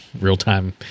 real-time